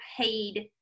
paid